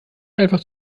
einfach